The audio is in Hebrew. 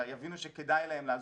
מה שנקרא,